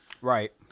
Right